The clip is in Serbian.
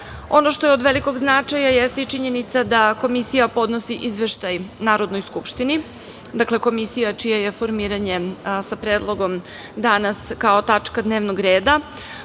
što je od velikog značaja jeste i činjenica da Komisija podnosi izveštaj Narodnoj skupštini, dakle, Komisija čije je formiranje sa predlogom danas kao tačka dnevnog reda,